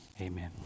amen